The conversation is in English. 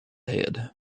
head